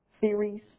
theories